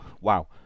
Wow